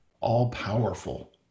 all-powerful